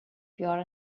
pure